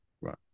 right